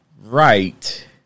right